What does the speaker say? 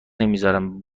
نمیزارم